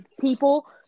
people